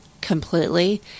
completely